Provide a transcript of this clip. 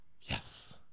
Yes